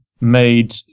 made